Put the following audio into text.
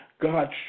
God